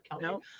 no